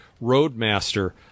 Roadmaster